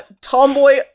tomboy